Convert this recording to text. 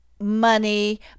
money